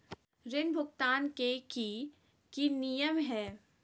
ऋण भुगतान के की की नियम है?